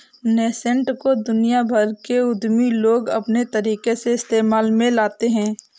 nascent को दुनिया भर के उद्यमी लोग अपने तरीके से इस्तेमाल में लाते हैं